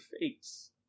face